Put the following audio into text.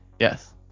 Yes